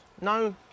no